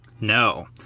No